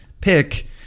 pick